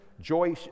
joy